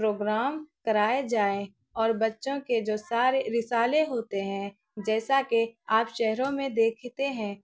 programme کرائے جائیں اور بچوں کے جو سارے رسالے ہوتے ہیں جیسا کہ آپ شہروں میں دیکھتے ہیں